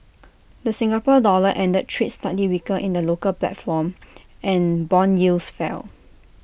the Singapore dollar ended trade slightly weaker in the local platform and Bond yields fell